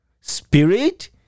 Spirit